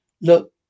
Look